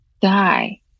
die